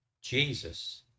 Jesus